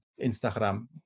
Instagram